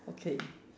okay